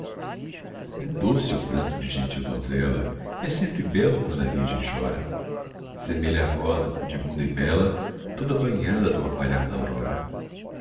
é doce o pranto de gentil donzela é sempre belo quando a virgem chora semelha a rosa pudibunda e bela toda banhada do orvalhar da aurora